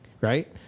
right